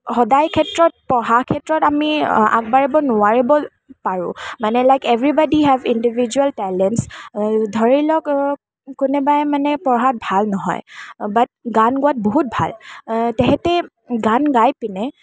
সদায় ক্ষেত্ৰত পঢ়াৰ ক্ষেত্ৰত আমি আগবাঢ়িব নোৱাৰিবও পাৰোঁ মানে like everybody have individual talents ধৰি লওক কোনোবাই মানে পঢ়াত ভাল নহয় বাত গান গোৱাত বহুত ভাল তেখেতে গান গাই পিনে